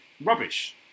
rubbish